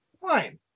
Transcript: Fine